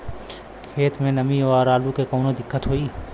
खेत मे नमी स आलू मे कऊनो दिक्कत होई?